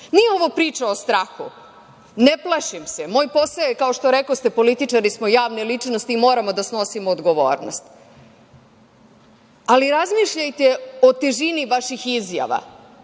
Nije ovo priča o strahu, ne plašim se, moj posao je kao što rekoste, političari smo i javne ličnosti i moramo da snosimo odgovornost, ali razmišljajte o težini vaših izjava,